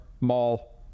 mall